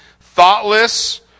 thoughtless